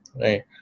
right